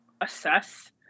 assess